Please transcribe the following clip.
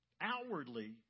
outwardly